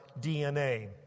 DNA